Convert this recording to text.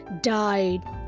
died